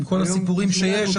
עם כל הסיפורים שיש,